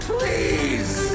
Please